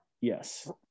Yes